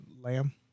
Lamb